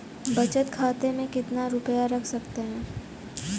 बचत खाते में कितना रुपया रख सकते हैं?